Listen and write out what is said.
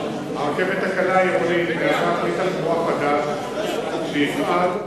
הרכבת הקלה העירונית מהווה כלי תחבורה חדש שיפעל בדרך,